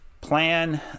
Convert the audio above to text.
plan